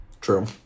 True